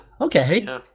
okay